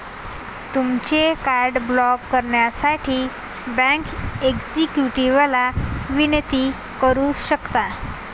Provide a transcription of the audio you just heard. तुमचे card block करण्यासाठी bank एक्झिक्युटिव्हला विनंती करू शकता